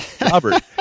Robert